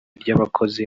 ry’abakozi